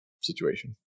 situation